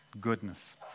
goodness